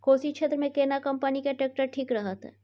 कोशी क्षेत्र मे केना कंपनी के ट्रैक्टर ठीक रहत?